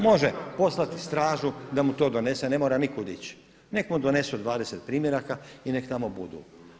Može poslati stražu da mu to donese, ne mora nikuda ići, neka mu donesu 20 primjeraka i neka tamo budu.